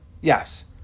Yes